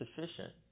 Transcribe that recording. sufficient